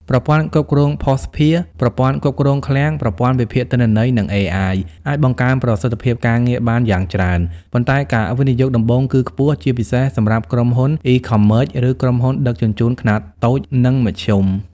ប្រព័ន្ធគ្រប់គ្រងភស្តុភារ ប្រព័ន្ធគ្រប់គ្រងឃ្លាំង ប្រព័ន្ធវិភាគទិន្នន័យ និង AI អាចបង្កើនប្រសិទ្ធភាពការងារបានយ៉ាងច្រើន ប៉ុន្តែការវិនិយោគដំបូងគឺខ្ពស់ ជាពិសេសសម្រាប់ក្រុមហ៊ុន E-commerce ឬក្រុមហ៊ុនដឹកជញ្ជូនខ្នាតតូច និងមធ្យម។